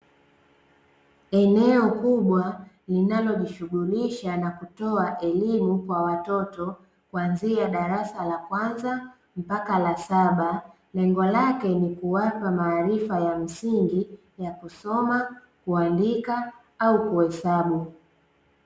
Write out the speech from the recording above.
Eneo kubwa linalojishungulisha na kutoa elimu kwa watoto kuanzia darasa la kwanza mpaka la saba. Lengo lake ni kuwapa maarifa ya msingi ya kusoma, kuandika au kuhesabu.